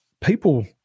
people